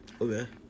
Okay